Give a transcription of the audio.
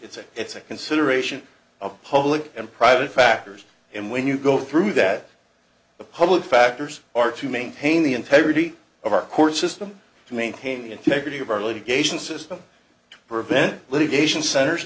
it's a it's a consideration of public and private factors and when you go through that the public factors are to maintain the integrity of our court system to maintain the integrity of our litigation system to prevent litigation centers